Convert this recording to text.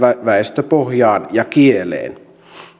väestöpohjaan ja kieleen